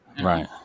Right